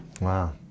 Wow